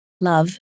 love